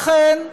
לכן,